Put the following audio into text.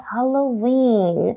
Halloween